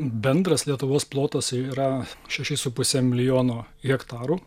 bendras lietuvos plotas yra šeši su puse milijono hektarų